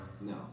No